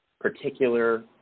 particular